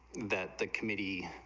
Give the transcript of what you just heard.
that the committee,